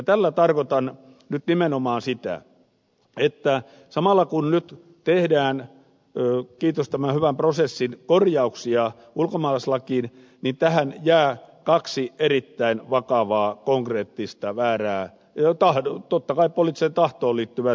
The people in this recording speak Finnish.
tällä tarkoitan nyt nimenomaan sitä että samalla kun nyt tehdään kiitos tämän hyvän prosessin korjauksia ulkomaalaislakiin tähän jää kaksi erittäin vakavaa konkreettista väärää totta kai poliittiseen tahtoon liittyvää signaalia